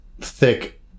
thick